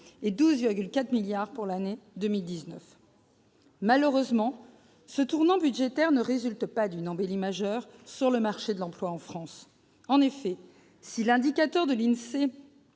et 12,4 milliards d'euros pour l'année 2019. Malheureusement, ce tournant budgétaire ne résulte pas d'une embellie majeure sur le marché de l'emploi en France. En effet, si l'indicateur de l'INSEE